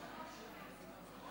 שלוש דקות.